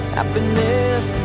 Happiness